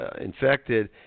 infected